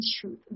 truth